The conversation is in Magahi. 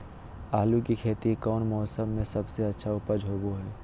आलू की खेती कौन मौसम में सबसे अच्छा उपज होबो हय?